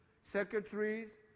secretaries